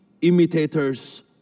imitators